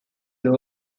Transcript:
low